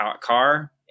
car –